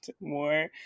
more